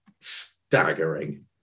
staggering